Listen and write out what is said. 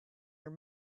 your